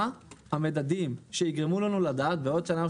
מה המדדים שיגרמו לנו לדעת בעוד שנה או